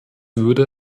würde